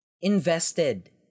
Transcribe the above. invested